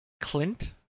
Clint